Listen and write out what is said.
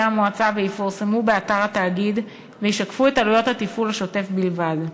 המועצה ויפורסמו באתר התאגיד וישקפו את עלויות התפעול השוטף בלבד.